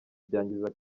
byangiza